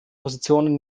positionen